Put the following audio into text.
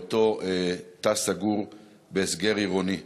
באותו תא סגור בהסגר עירוני.